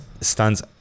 stands